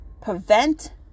prevent